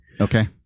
Okay